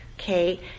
Okay